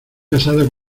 casada